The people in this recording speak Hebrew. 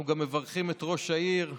אנחנו גם מברכים את ראש העיר שבירו,